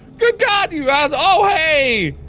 good god you assho oh hey!